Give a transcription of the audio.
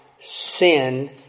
sin